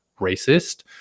racist